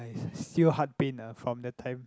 still heart pain ah from that time